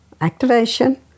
Activation